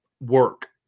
work